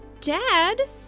Dad